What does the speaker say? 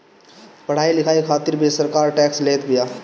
पढ़ाई लिखाई खातिर भी सरकार टेक्स लेत बिया